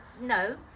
No